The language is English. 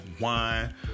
wine